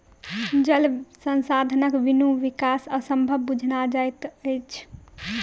जल संसाधनक बिनु विकास असंभव बुझना जाइत अछि